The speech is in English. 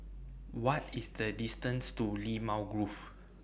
What IS The distance to Limau Grove